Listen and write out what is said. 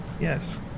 yes